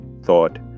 thought